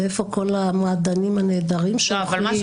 ואיפה כל המעדנים הנהדרים שאוכלים,